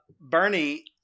Bernie